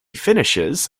finishes